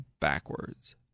backwards